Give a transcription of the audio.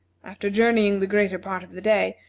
after journeying the greater part of the day,